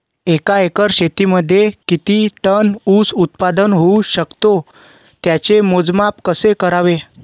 एका एकर शेतीमध्ये किती टन ऊस उत्पादन होऊ शकतो? त्याचे मोजमाप कसे करावे?